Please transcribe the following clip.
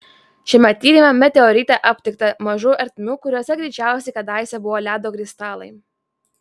šiame tyrime meteorite aptikta mažų ertmių kuriose greičiausiai kadaise buvo ledo kristalai